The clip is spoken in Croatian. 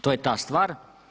To je ta stvar.